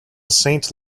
saint